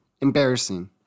embarrassing